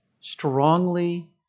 strongly